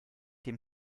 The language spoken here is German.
dem